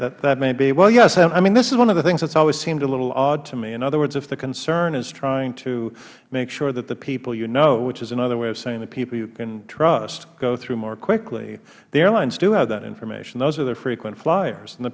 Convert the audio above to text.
rotenberg that may be well yes this is one of the things that has always seemed a little odd to me in other words if the concern is trying to make sure that the people you know which is another way of saying the people you can trust go through more quickly the airlines do have that information those are the frequent fliers and the